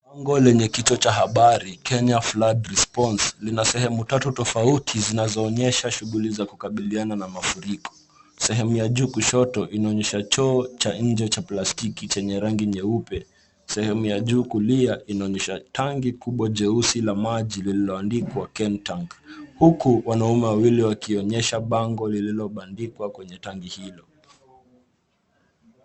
Bango lenye kichwa cha habari Kenya floods response lina sehemu tatu tofauti zinazoonyesha shughuli za kukabiliana na mafuriko. Sehemu ya juu kushoto, inaonyesha choo cha nje cha plastiki chenye rangi nyeupe. Sehemu ya juu kulia inaonyesha tangi kubwa jeusi la maji lililoandikwa Kentank, huku wanaume wawili wakionyesha bango lililobandikwa kwenye tangi hilo.